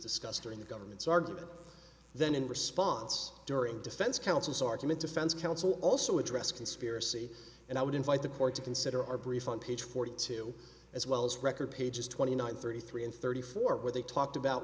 discussed during the government's argument then in response during the defense counsel's argument defense counsel also addressed conspiracy and i would invite the court to consider our brief on page forty two as well as record pages twenty nine thirty three and thirty four where they talked about